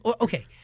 Okay